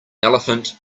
elephant